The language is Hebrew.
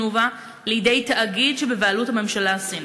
"תנובה" לידי תאגיד שבבעלות הממשלה הסינית?